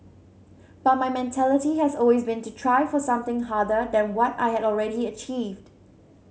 but my mentality has always been to try for something harder than what I had already achieved